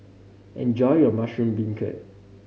enjoy your mushroom beancurd